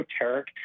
esoteric